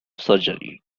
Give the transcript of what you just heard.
surgery